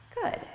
Good